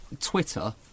Twitter